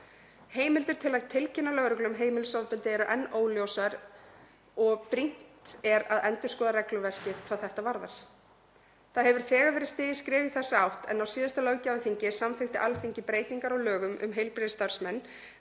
Heimildir til að tilkynna lögreglu um heimilisofbeldi eru enn óljósar og brýnt að endurskoða regluverkið hvað þetta varðar. Það hefur þegar verið stigið skref í þessa átt en á síðasta löggjafarþingi samþykkti Alþingi breytingar á lögum um heilbrigðisstarfsmenn